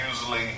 usually